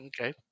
Okay